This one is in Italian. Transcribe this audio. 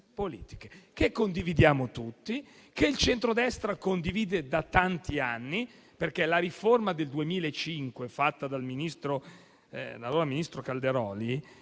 che condividiamo tutti e che il centrodestra condivide da tanti anni, perché la riforma del 2005 fatta dall'allora ministro Calderoli